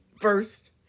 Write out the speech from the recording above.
first